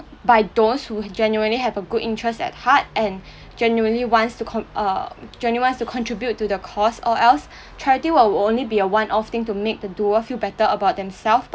by those who genuinely have a good interest at heart and genuinely wants to con~ uh genuinely wants to contribute to the cause or else charity will only be a one off thing to make the doer feel better about themselves